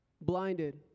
blinded